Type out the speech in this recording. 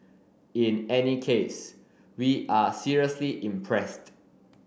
in any case we are seriously impressed